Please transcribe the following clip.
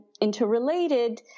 interrelated